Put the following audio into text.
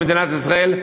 במדינת ישראל,